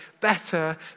better